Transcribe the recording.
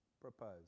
Propose